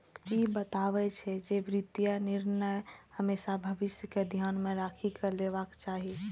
ई बतबै छै, जे वित्तीय निर्णय हमेशा भविष्य कें ध्यान मे राखि कें लेबाक चाही